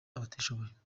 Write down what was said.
abatishoboye